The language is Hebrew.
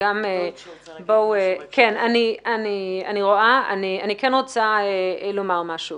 אני כן רוצה לומר משהו